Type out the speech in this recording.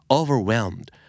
overwhelmed